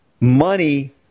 money